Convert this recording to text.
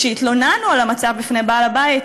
כשהתלוננו על המצב בפני בעל-הבית,